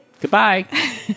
Goodbye